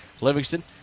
Livingston